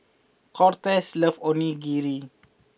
Cortez loves Onigiri